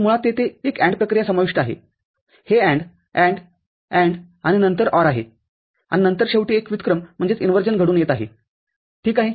तर मुळात तेथे एक AND प्रक्रिया समाविष्ट आहे हे AND AND AND आणि नंतर OR आहे आणि नंतर शेवटी एक व्युत्क्रमघडून येत आहे ठीक आहे